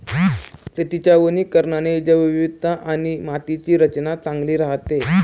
शेतीच्या वनीकरणाने जैवविविधता आणि मातीची रचना चांगली राहते